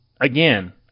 again